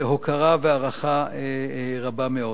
הוקרה והערכה רבה מאוד.